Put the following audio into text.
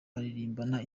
baririmbana